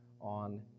on